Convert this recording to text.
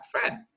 friend